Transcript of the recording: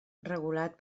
regulat